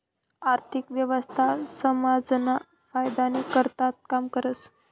आर्थिक व्यवस्था समाजना फायदानी करताच काम करस